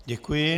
Děkuji.